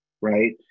right